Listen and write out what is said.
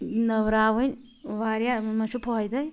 نٔوراوٕنۍ واریاہ یِمن منٛز چھُ فٲیدٔے